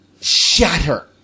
shatter